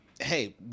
hey